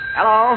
Hello